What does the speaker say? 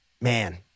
man